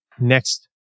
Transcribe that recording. Next